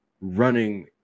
running